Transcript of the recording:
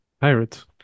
Pirates